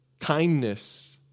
Kindness